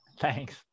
Thanks